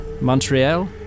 Montreal